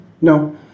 No